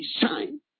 shine